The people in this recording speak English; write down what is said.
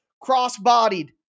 cross-bodied